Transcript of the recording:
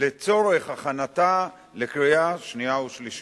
לצורך הכנתה לקריאה שנייה ולקריאה שלישית.